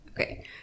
okay